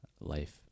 Life